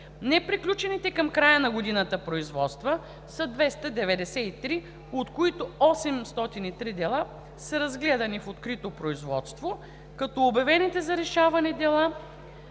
Неприключените към края на годината производства са 293 броя, от които 803 дела са разгледани в открито производство, като от обявените за решаване дела